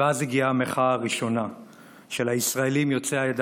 ואז הגיעה המחאה הראשונה של הישראלים יוצאי העדה